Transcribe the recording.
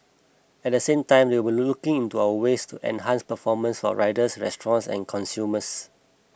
at the same time they will looking into our ways to enhance performance for riders restaurants and consumers